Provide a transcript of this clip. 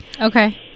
Okay